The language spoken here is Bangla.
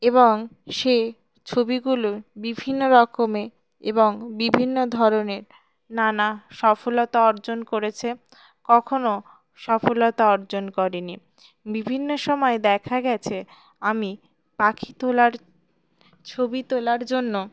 এবং সে ছবিগুলো বিভিন্ন রকমে এবং বিভিন্ন ধরনের নানা সফলতা অর্জন করেছে কখনও সফলতা অর্জন করেনি বিভিন্ন সময় দেখা গিয়েছে আমি পাখি তোলার ছবি তোলার জন্য